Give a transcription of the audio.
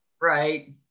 Right